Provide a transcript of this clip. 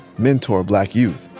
mentor black youth.